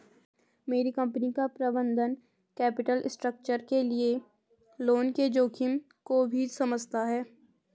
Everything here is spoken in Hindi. मेरी कंपनी का प्रबंधन कैपिटल स्ट्रक्चर के लिए लोन के जोखिम को भी समझता है